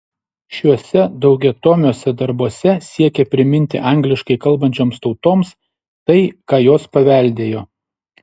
šiuose daugiatomiuose darbuose siekė priminti angliškai kalbančioms tautoms tai ką jos paveldėjo